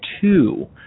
two